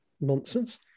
nonsense